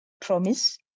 promise